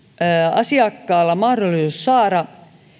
asiakkaalla mahdollisuus saada